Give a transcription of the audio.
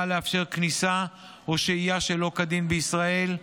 לאפשר כניסה או שהייה שלא כדין בישראל,